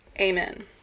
Amen